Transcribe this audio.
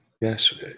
yes